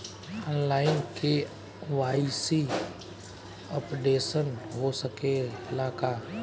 आन line KYC updation हो सकेला का?